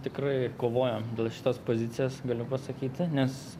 tikrai kovojom dėl šitos pozicijos galiu pasakyti nes